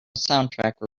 soundtrack